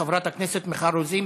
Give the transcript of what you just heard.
מס' 6436. חברת הכנסת מיכל רוזין,